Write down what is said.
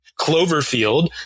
Cloverfield